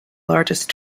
largest